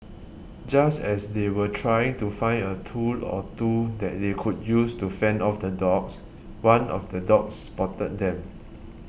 just as they were trying to find a tool or two that they could use to fend off the dogs one of the dogs spotted them